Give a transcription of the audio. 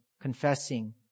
confessing